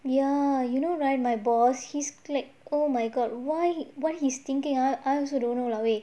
ya you know right my boss he's like oh my god why what he's thinking ah I also don't know lah eh